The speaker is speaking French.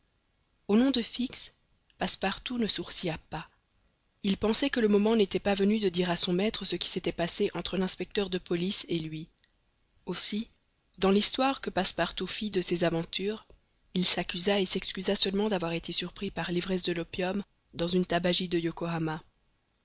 au nom de fix passepartout ne sourcilla pas il pensait que le moment n'était pas venu de dire à son maître ce qui s'était passé entre l'inspecteur de police et lui aussi dans l'histoire que passepartout fit de ses aventures il s'accusa et s'excusa seulement d'avoir été surpris par l'ivresse de l'opium dans une tabagie de yokohama